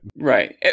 Right